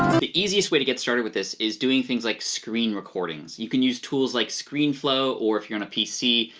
the easiest way to get started with this is doing things like screen recordings. you can use tools like screenflow or if you're on a pc,